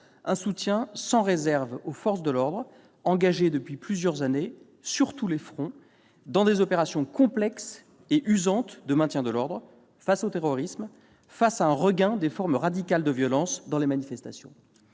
un soutien sans réserve aux forces de l'ordre, engagées depuis plusieurs années, sur tous les fronts, dans des opérations complexes et usantes de maintien de l'ordre face au terrorisme, face à un regain des formes radicales de violence dans les manifestations.